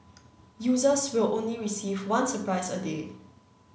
users will only receive one surprise a day